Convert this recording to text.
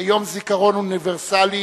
כיום זיכרון אוניברסלי